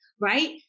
right